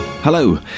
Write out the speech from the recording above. Hello